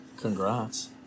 Congrats